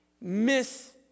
miss